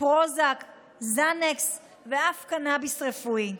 פרוזק וקסנקס ואף קנביס רפואי.